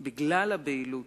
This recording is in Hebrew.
בגלל הבהילות,